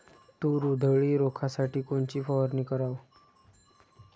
तूर उधळी रोखासाठी कोनची फवारनी कराव?